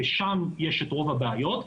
ושם יש את רוב הבעיות,